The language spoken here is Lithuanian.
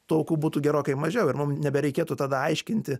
tų aukų būtų gerokai mažiau ir mum nebereikėtų tada aiškinti